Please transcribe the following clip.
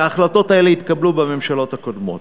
וההחלטות האלה התקבלו בממשלות הקודמות.